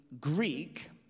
Greek